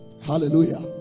Hallelujah